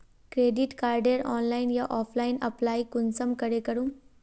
Credit कार्डेर online या offline apply कुंसम करे करूम?